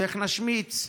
ואיך נשמיץ,